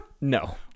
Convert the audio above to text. No